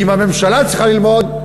אם הממשלה צריכה ללמוד,